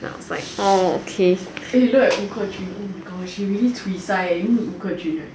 then I was like oh okay